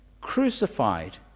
crucified